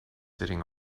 sitting